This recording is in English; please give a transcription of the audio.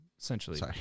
essentially